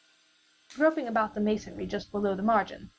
groping about the masonry just below the margin,